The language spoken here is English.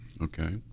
Okay